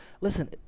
listen